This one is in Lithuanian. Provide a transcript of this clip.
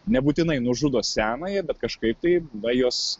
nebūtinai nužudo senąją bet kažkaip tai va jos